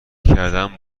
کردم